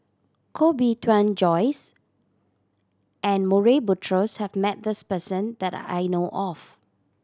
Koh Bee Tuan Joyce and Murray Buttrose has met this person that I know of